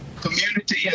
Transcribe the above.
community